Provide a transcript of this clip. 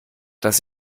das